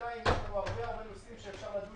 יש לנו הרבה מאוד נושאים שאפשר לדון